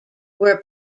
were